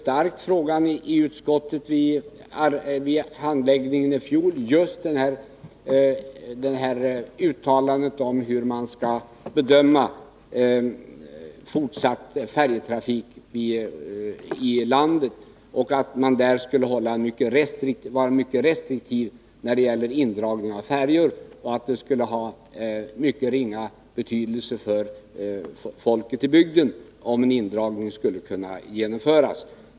Vid utskottets handläggning i fjol drev jag starkt frågan hur man skall bedöma den fortsatta färjetrafiken i landet. Jag underströk att man skulle vara mycket restriktiv när det gäller indragning av färjor och att en indragning skulle ha mycket ringa betydelse för folket i bygden om den skulle kunna genomföras.